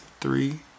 three